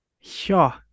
Sure